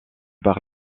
par